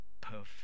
perfect